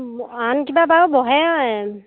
আন কিবা বাৰেও বহে